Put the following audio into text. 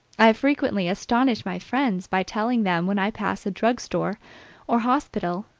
i frequently astonish my friends by telling them when i pass a drug store or hospital,